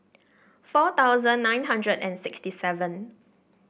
four thousand nine hundred and sixty seven